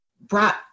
brought